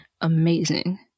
amazing